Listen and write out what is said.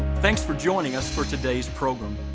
thanks for joining us for today's program.